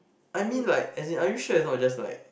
I mean like as in are you sure is not just like